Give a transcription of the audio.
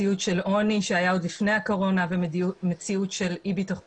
מציאות של עוני שהיה עוד לפני הקורונה ומציאות של אי ביטחון